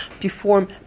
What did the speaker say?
perform